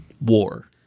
war